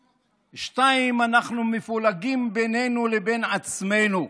2. אנחנו מפולגים בינינו לבין עצמנו,